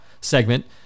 segment